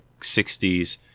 60s